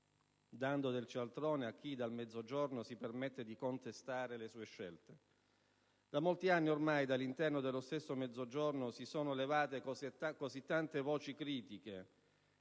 dando del cialtrone a chi dal Mezzogiorno si permette di contestare le sue scelte. Da molti anni, ormai, dall'interno dello stesso Mezzogiorno si sono levate così tante voci critiche